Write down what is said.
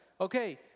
Okay